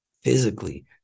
physically